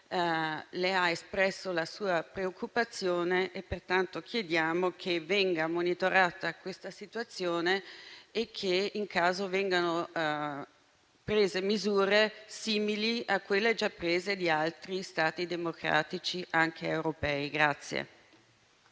le ha espresso la sua preoccupazione. Pertanto chiediamo che venga monitorata questa situazione e che, in caso, vengano prese misure simili a quelle già prese in altri Stati democratici, anche europei.